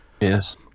Yes